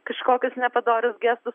kažkokius nepadorius gestus